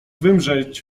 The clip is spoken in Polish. wymrzeć